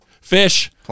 fish